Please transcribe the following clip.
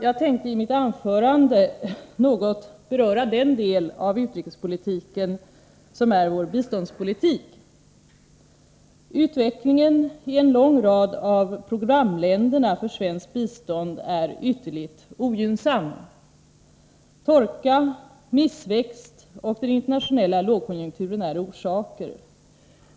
Jag tänkte i mitt anförande något beröra den del av utrikespolitiken som är vår biståndspolitik. Utvecklingen i en lång rad av programländerna för svenskt bistånd är ytterligt ogynnsam. Torka, missväxt och den internationella lågkonjunkturen är orsaker.